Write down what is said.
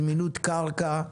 זמינות קרקע,